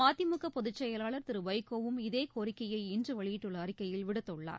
மதிமுகபொதுச் செயலாளர் திருவைகோவும் இதேகோரிக்கையை இன்றுவெளியிட்டுள்ள அறிக்கையில் விடுத்துள்ளார்